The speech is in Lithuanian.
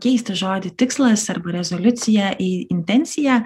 keisti žodį tikslas arba rezoliucija į intenciją